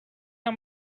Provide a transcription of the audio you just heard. how